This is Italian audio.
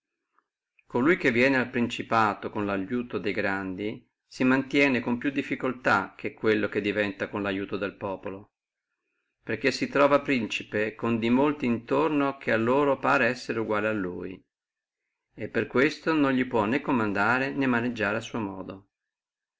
colui che viene al principato con lo aiuto de grandi si mantiene con più difficultà che quello che diventa con lo aiuto del populo perché si trova principe con di molti intorno che per essere sua eguali e per questo non li può né comandare né maneggiare a suo modo